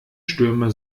stürme